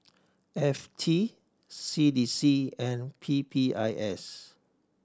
F T C D C and P P I S